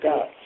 God